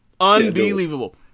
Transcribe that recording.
unbelievable